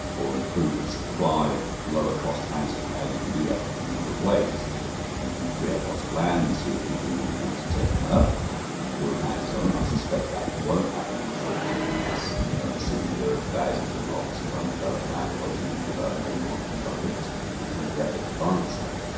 or improve the supply of lower cost housing. now you can do that in a number of ways you can free up lots of land and see if people will want to take that up and build houses on it. i suspect that won't happen in the short-term, because we know in sydney there are thousands of lots of undeveloped land waiting to be developed and nobody wants to develop it because there's nobody out there to buy the stuff.